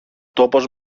τόπος